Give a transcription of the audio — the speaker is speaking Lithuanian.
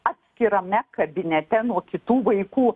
atskirame kabinete nuo kitų vaikų